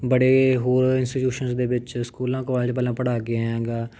ਬੜੇ ਹੋਰ ਇੰਸਚੀਟਿਊਸ਼ਨ ਦੇ ਵਿੱਚ ਸਕੂਲਾਂ ਕੋਲਜ ਪਹਿਲਾਂ ਪੜ੍ਹਾ ਕੇ ਆਇਆ ਗਾ